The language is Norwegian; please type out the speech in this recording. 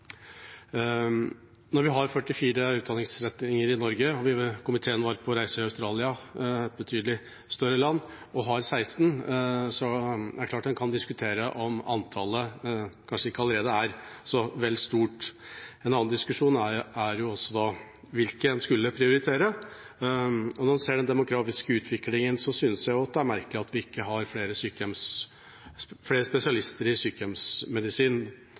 i Australia. Når vi har 44 utdanningsretninger i Norge og Australia – et betydelig større land – har 16, er det klart en kan diskutere om antallet kanskje allerede er vel stort. En annen diskusjon er hvilke en skulle prioritere. Når en ser den demografiske utviklingen, synes jeg det er merkelig at vi ikke har flere spesialister i sykehjemsmedisin.